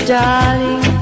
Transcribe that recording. darling